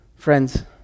Friends